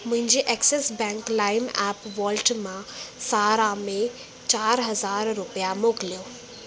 मुंहिंजे Axis Bank Lime app wallet मां सारा में चारि हज़ार रुपिया मोकिलियो